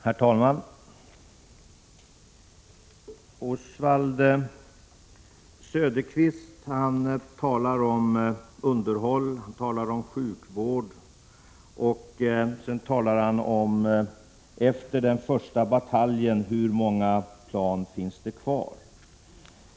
Herr talman! Oswald Söderqvist talar om underhåll och sjukvård, och sedan säger han: Hur många plan finns det kvar efter den första bataljen?